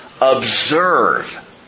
observe